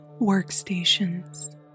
workstations